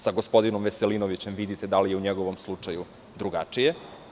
Sa gospodinom Veselinovićem vidite da li je u njegovom slučaju drugačije.